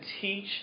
teach